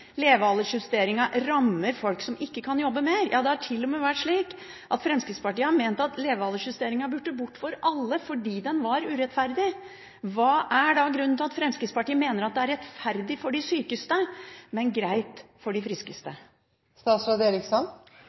rammer folk som ikke kan jobbe mer. Ja, Fremskrittspartiet har til og med ment at levealdersjusteringen burde bort for alle, fordi den var urettferdig. Hva er da grunnen til at Fremskrittspartiet mener at det er rettferdig for de sykeste, men greit for de friskeste?